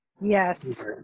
Yes